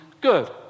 good